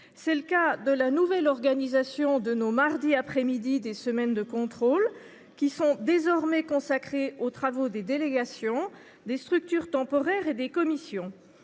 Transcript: C’est le cas de la nouvelle organisation de nos mardis après midi des semaines de contrôle, qui sont désormais consacrés aux travaux des délégations, des structures temporaires et des commissions.